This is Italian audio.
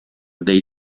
dei